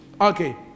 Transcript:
Okay